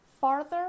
farther